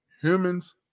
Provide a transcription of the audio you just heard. Humans